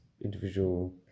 individual